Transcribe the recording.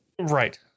Right